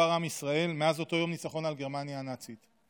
עם ישראל מאז אותו יום ניצחון על גרמניה הנאצית.